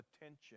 attention